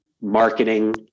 marketing